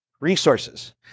resources